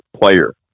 player